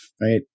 Right